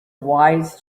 wise